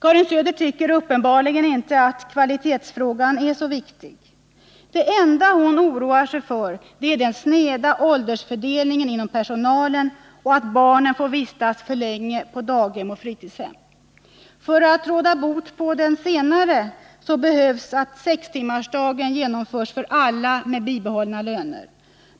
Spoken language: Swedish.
Karin Söder tycker uppenbarligen att kvalitetsfrågan inte är så viktig. Det enda hon oroar sig för är den sneda åldersfördelningen inom personalen och att barnen får vistas för länge på daghem och fritidshem. För att råda bot på det senare krävs att 6-timmarsdag med bibehållen lön införs för alla.